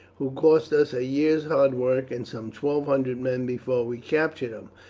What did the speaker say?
who cost us a year's hard work and some twelve hundred men before we captured him.